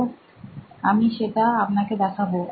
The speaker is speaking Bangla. তো আমি সেটা আপনাকে দেখাবো